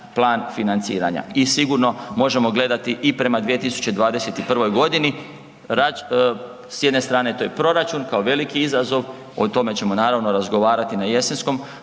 plan financiranja i sigurno možemo gledati i prema 2021. godini. S jedne strane to je proračun kao veliki izazov, o tome ćemo naravno razgovarati na jesenskom